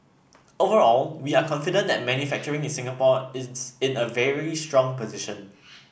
overall we are confident that manufacturing in Singapore is in a very strong position